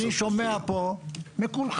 אני שומע פה מכולכם